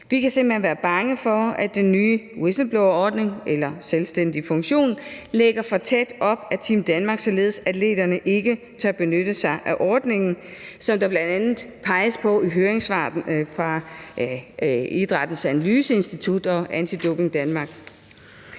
Vi kan simpelt hen være bange for, at den nye whistleblowerordning eller selvstændige funktion ligger for tæt op ad Team Danmark, således at atleterne ikke tør benytte sig af ordningen, som der bl.a. peges på i høringssvaret fra Idrættens Analyseinstitut og Anti Doping Danmark.